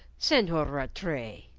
senhor rattray,